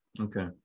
Okay